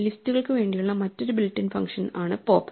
ലിസ്റ്റുകൾക്കുവേണ്ടിയുള്ള മറ്റൊരു built in function ആണ് pop